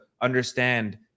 understand